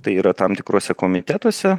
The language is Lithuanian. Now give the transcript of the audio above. tai yra tam tikruose komitetuose